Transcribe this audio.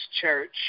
church